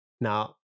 Now